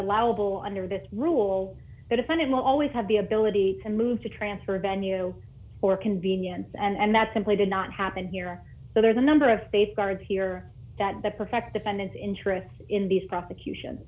allowable under that rule the defendant will always have the ability to move to transfer venue or convenience and that simply did not happen here so there's a number of safeguards here that the perfect defendants interest in these prosecution